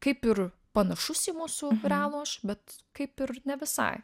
kaip ir panašus į mūsų realų aš bet kaip ir ne visai